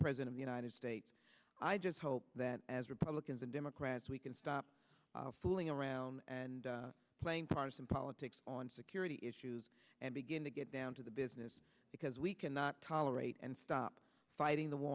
present in the united states i just hope that as republicans and democrats we can stop fooling around and playing partisan politics on security issues and begin to get down to the business because we cannot tolerate and stop fighting the war